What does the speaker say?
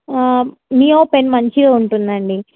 neo pen మంచిగా ఉంటుందండి